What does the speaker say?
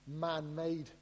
man-made